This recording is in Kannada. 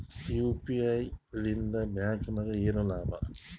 ಯು.ಪಿ.ಐ ಲಿಂದ ಬ್ಯಾಂಕ್ಗೆ ಏನ್ ಲಾಭ?